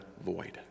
void